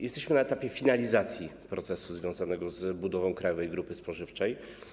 Jesteśmy na etapie finalizacji procesu związanego z budową Krajowej Grupy Spożywczej.